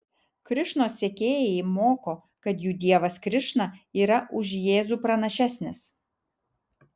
krišnos sekėjai moko kad jų dievas krišna yra už jėzų pranašesnis